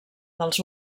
dels